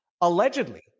Allegedly